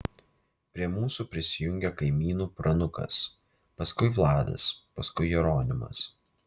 prie mūsų prisijungė kaimynų pranukas paskui vladas paskui jeronimas